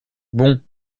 bon